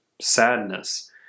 sadness